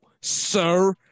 Sir